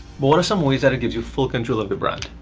what are some ways that it gives you full control of the brand?